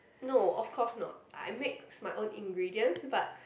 no of course not I make my own ingredient but